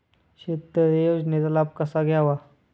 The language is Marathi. शेततळे योजनेचा लाभ कसा घ्यावा?